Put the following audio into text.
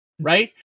right